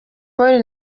polly